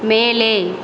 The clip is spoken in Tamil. மேலே